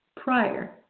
prior